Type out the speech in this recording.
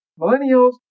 Millennials